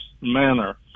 manner